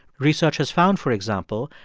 researchers found, for example,